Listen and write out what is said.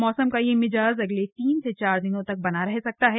मौसम का ये मिजाज अगले तीन चार दिनों तक बना रह सकता है